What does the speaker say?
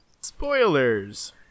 Spoilers